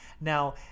now